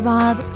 Bob